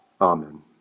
Amen